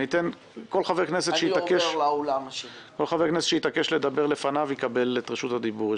כל חבר כנסת שיתעקש לדבר לפניו יקבל את רשות הדיבור.